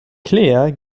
claire